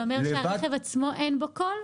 זה אומר שברכב עצמו אין קול?